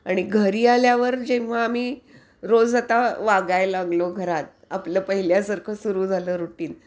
आणि घरी आल्यावर जेव्हा आम्ही रोज आता वागाय लागलो घरात आपलं पहिल्यासारखं सुरू झालं रुटीन